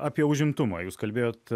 apie užimtumą jūs kalbėjot